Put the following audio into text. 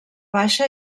baixa